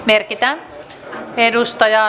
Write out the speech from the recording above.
arvoisa puhemies